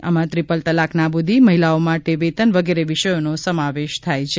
આમાં ત્રિપલ તલાક નાબ્રદી મહિલાઓ માટે વેતન વગેરે વિષેયોનો સમાવેશ થાય છે